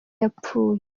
yapfuye